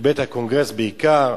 בקונגרס בעיקר,